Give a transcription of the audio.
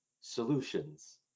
solutions